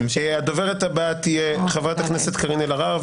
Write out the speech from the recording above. הדוברת הבאה תהיה חברת הכנסת קארין אלהרר,